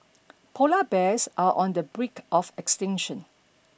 polar bears are on the break of extinction